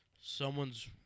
someone's